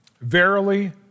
Verily